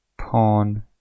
Pawn